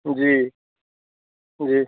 जी जी